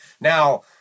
Now